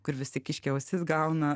kur visi kiškio ausis gauna